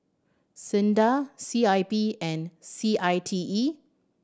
SINDA C I P and C I T E